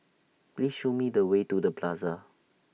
Please Show Me The Way to The Plaza